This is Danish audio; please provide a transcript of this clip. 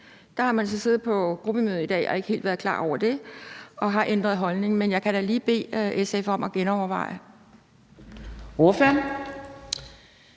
Der har man så siddet på gruppemødet i dag og ikke helt været klar over det og har ændret holdning, men jeg kan da lige bede SF om at genoverveje